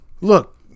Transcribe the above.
Look